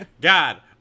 God